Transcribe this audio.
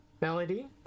melody